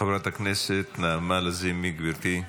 חבת הכנסת נעמה לזימי, גברתי.